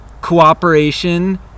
cooperation